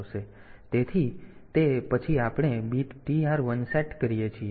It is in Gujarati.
તેથી તે પછી આપણે બીટ TR 1 સેટ કરીએ છીએ